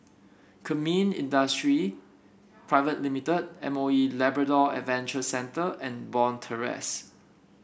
Kemin Industries Pte Ltd M O E Labrador Adventure Centre and Bond Terrace